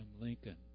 Lincoln